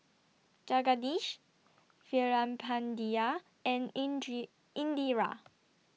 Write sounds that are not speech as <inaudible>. Jagadish Veerapandiya and <unintelligible> Indira